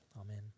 Amen